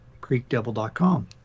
creekdevil.com